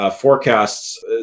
forecasts